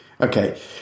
Okay